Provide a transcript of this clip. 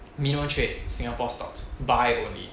minimum trade singapore stocks buy only